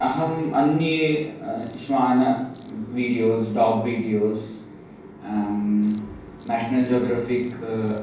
अहम् अन्ये श्वानः videos dog videos National geographic